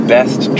Best